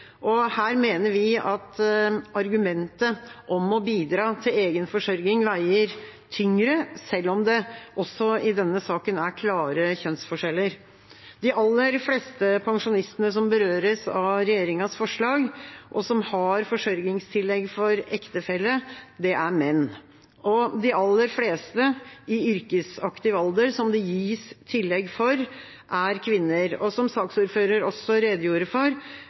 alder. Her mener vi at argumentet om å bidra til egen forsørging veier tyngre, selv om det også i denne saken er klare kjønnsforskjeller. De aller fleste pensjonistene som berøres av regjeringas forslag, og som har forsørgingstillegg for ektefelle, er menn. Og de aller fleste i yrkesaktiv alder som det gis tillegg for, er kvinner. Og som saksordføreren også redegjorde for: